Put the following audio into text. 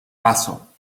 paso